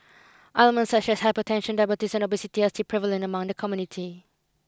ailments such as hypertension diabetes and obesity are still prevalent among the community